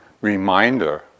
reminder